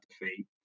defeat